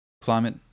climate